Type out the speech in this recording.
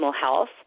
health